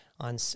On